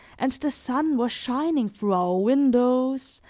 and the sun was shining through our windows,